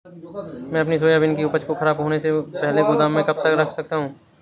मैं अपनी सोयाबीन की उपज को ख़राब होने से पहले गोदाम में कब तक रख सकता हूँ?